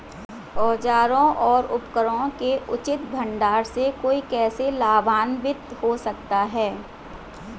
औजारों और उपकरणों के उचित भंडारण से कोई कैसे लाभान्वित हो सकता है?